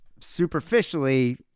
superficially